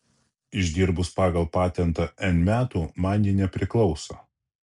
išdirbus pagal patentą n metų man ji nepriklauso